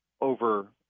over